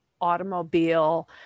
automobile